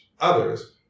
others